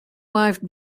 wife